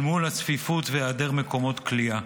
אל מול הצפיפות והיעדר מקומות כליאה.